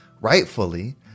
rightfully